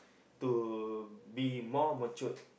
to be more matured